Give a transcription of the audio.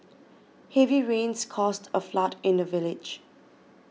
heavy rains caused a flood in the village